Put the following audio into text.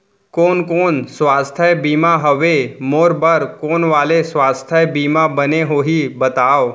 कोन कोन स्वास्थ्य बीमा हवे, मोर बर कोन वाले स्वास्थ बीमा बने होही बताव?